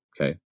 Okay